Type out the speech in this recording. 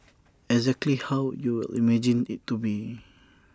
exactly how you would imagine IT to be